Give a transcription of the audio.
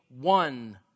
one